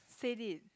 said it